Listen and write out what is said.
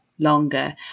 longer